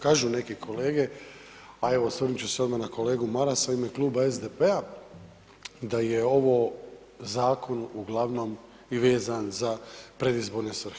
Kaže, kažu neki kolege, a evo osvrnut ću se odmah na kolegu Marasa u ime Kluba SDP-a, da je ovo zakon uglavnom i vezan za predizborne svrhe.